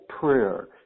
prayer